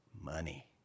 Money